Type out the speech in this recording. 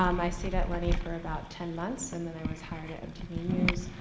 um i stayed at lenny for about ten months, and then i was hired at mtv news.